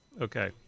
Okay